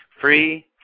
Free